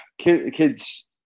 kids